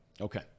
Okay